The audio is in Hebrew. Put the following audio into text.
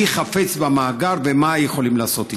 מי חפץ במאגר ומה יכולים לעשות איתו.